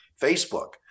Facebook